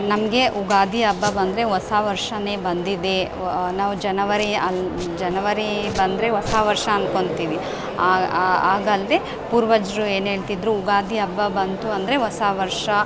ನಮಗೆ ಯುಗಾದಿ ಹಬ್ಬ ಬಂದರೆ ಹೊಸ ವರ್ಷನೇ ಬಂದಿದೆ ನಾವು ಜನವರಿ ಅನ್ ಜನವರಿ ಬಂದರೆ ಹೊಸ ವರ್ಷ ಅನ್ಕೊತಿವಿ ಆಗ ಹಾಗಲ್ದೇ ಪೂರ್ವಜರು ಏನು ಹೇಳ್ತಿದ್ರು ಯುಗಾದಿ ಹಬ್ಬ ಬಂತು ಅಂದರೆ ಹೊಸ ವರ್ಷ